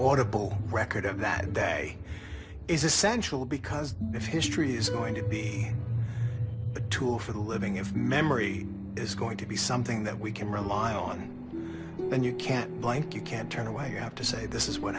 double record of that day is essential because if history is going to be a tool for the living if memory is going to be something that we can rely on and you can't blank you can't turn away you have to say this is what